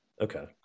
okay